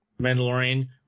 Mandalorian